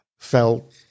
felt